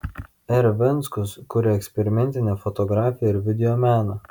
r venckus kuria eksperimentinę fotografiją ir videomeną